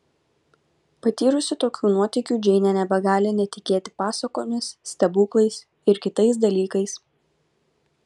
patyrusi tokių nuotykių džeinė nebegali netikėti pasakomis stebuklais ir kitais dalykais